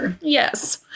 yes